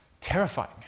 terrifying